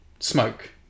Smoke